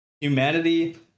humanity